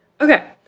okay